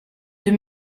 deux